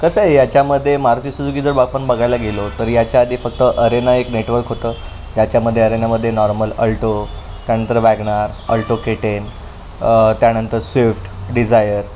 कसं आहे याच्यामध्ये मारुती सुझुकी जर आपण बघायला गेलो तर याच्याआधी फक्त अरेना एक नेटवर्क होतं त्याच्यामध्ये अरेनामध्ये नॉर्मल अल्टो त्यानंतर वॅगनार अल्टो के टेन त्यानंतर स्विफ्ट डिझायर